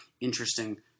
interesting